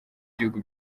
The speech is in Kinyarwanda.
gihugu